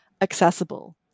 accessible